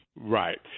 Right